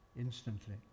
Instantly